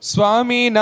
Swami